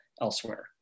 elsewhere